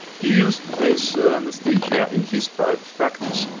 he used this anesthesia in his private practice.